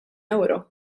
ewro